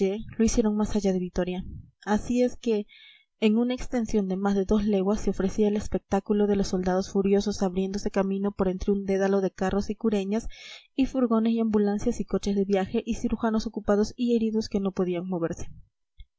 lo hicieron más allá de vitoria así es que en una extensión de más de dos leguas se ofrecía el espectáculo de los soldados furiosos abriéndose camino por entre un dédalo de carros y cureñas y furgones y ambulancias y coches de viaje y cirujanos ocupados y heridos que no podían moverse